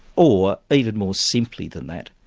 or even more simply than that,